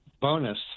bonus